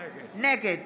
נגד